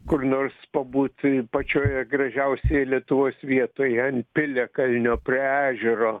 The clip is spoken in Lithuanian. kur nors pabūti pačioje gražiausioje lietuvos vietoje ant piliakalnio prie ežero